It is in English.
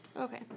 okay